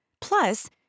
Plus